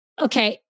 Okay